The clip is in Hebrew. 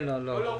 לא, לא.